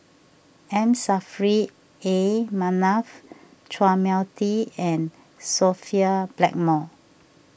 M Saffri A Manaf Chua Mia Tee and Sophia Blackmore